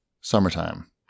Summertime